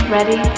Ready